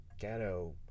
ghetto